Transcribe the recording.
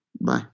Bye